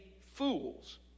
fools